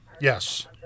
Yes